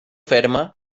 ferma